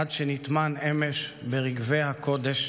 עד שנטמן אמש ברגבי הקודש